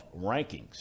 rankings